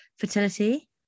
Fertility